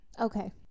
Okay